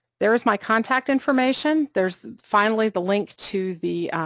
there is my contact information, there's finally the link to the,